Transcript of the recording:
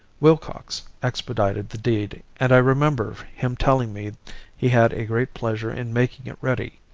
willcox expedited the deed, and i remember him telling me he had a great pleasure in making it ready.